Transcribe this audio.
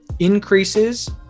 increases